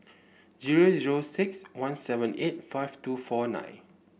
zero zero six one seven eight five two four nine